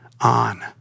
on